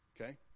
Okay